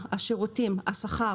השירותים והשכר